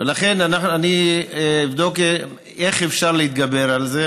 לכן אבדוק איך אפשר להתגבר על זה.